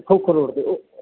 Khokhar road 'ਤੇ